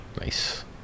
Nice